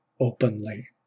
openly